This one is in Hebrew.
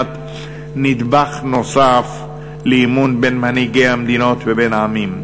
לבניית נדבך נוסף באמון בין מנהיגי המדינות ובין העמים.